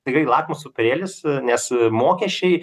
tikrai lakmuso popierėlis nes mokesčiai